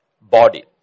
body